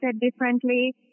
differently